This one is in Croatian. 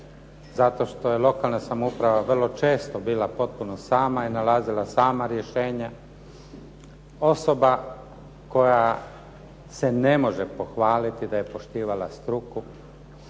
zato što je lokalna samouprava vrlo često bila potpuno sama i nalazila sama rješenja, osoba koja se ne može pohvaliti da je poštivala struku,